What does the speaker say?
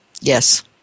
yes